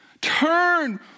turn